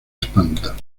espanta